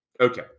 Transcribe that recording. Okay